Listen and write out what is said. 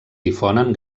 difonen